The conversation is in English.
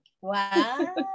Wow